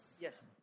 Yes